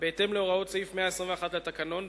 בהתאם להוראות סעיף 121 לתקנון,